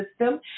system